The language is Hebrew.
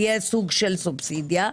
יהיה סוג של סובסידיה.